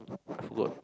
I forgot